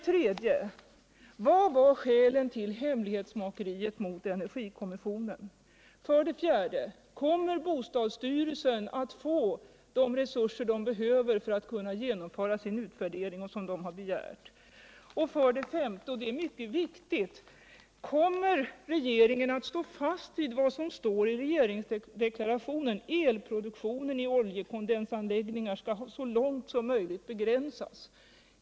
Kommer bostadsstyrelsen att få de resurser som den begärt och behöver för att kunna genomföra sin utvärdering? 5. Och detta är mycket viktigt: Kommer regeringen att stå fast vid vad som sägs i regeringsdeklarationen, att elproduktionen i oljeckondensunläggningar så långt som möjligt skall begränsas?